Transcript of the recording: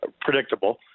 predictable